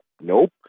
Nope